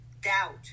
doubt